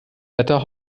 wetter